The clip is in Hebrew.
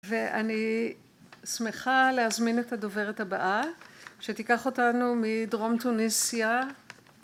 ואני שמחה להזמין את הדוברת הבאה שתיקח אותנו מדרום תונסיה